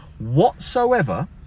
whatsoever